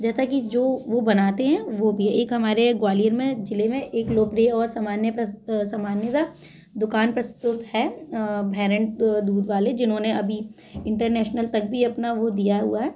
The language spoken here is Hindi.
जैसा कि जो वो बनाते हैं वो भी है एक हमारे ग्वालियर में जिले में एक लोकप्रिय और सामान्य सामान्यतः दुकान प्रस्तुत है भेरेंट दूध वाले जिन्होंने अभी इंटरनेशनल तक भी अपना वो दिया हुआ है